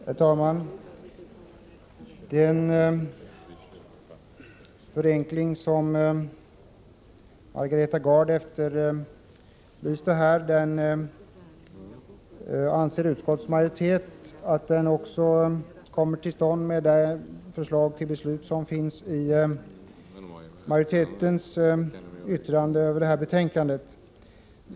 Herr talman! Den förenkling som Margareta Gard efterlyser kommer till stånd genom det förslag till beslut som finns i utskottsmajoritetens yttrande i betänkandet.